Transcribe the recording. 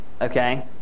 Okay